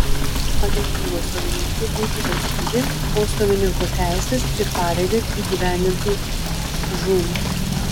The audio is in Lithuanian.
agentūros savininkė būtų valstybė o savininko teises ir pareigas įgyvendintų žūm